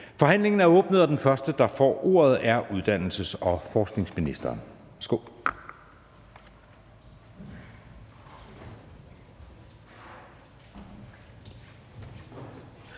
Forhandlingen er åbnet, og den første, der får ordet, er uddannelses- og forskningsministeren.